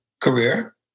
career